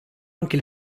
anche